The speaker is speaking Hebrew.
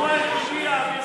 הוא היחיד האמיץ.